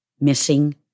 Missing